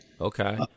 Okay